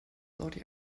saudi